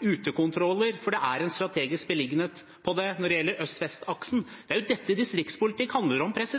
utekontroller, for den har en strategisk beliggenhet når det gjelder øst–vest-aksen. Det er dette distriktspolitikk handler om – at